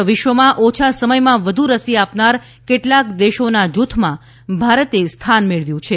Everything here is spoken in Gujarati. સમગ્ર વિશ્વમાં ઓછા સમયમાં વધુ રસી આપનાર કેટલાક દેશોના જૂથમાં ભારતે સ્થાન મેળવ્યું છે